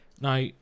Now